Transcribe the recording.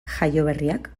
jaioberriak